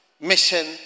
mission